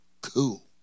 cool